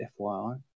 FYI